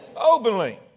Openly